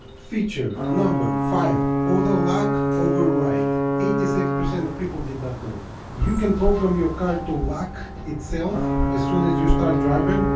featured number five auto-lock override, eighty six percent of people did not know you can program your car to lock itself as soon as you start driving